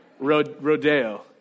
Rodeo